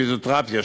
פיזיותרפיה,